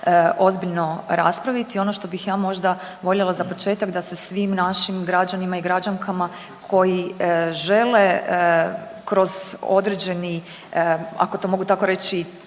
ozbiljno raspraviti. Ono što bih ja možda voljela za početak da se svim našim građanima i građankama koji žele kroz određeni ako to mogu tako reći